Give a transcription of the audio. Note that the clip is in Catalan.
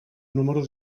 número